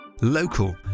Local